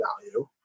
value